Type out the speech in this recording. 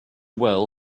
well